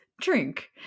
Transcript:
drink